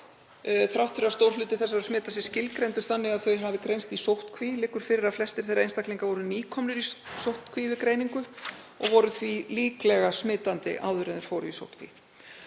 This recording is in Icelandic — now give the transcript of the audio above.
Þrátt fyrir að stór hluti þessara smita sé skilgreindur þannig að þau hafi greinst í sóttkví liggur fyrir að flestir þeir einstaklinga voru nýkomnir í sóttkví við greiningu og voru því líklega smitandi áður en þeir fóru í sóttkví.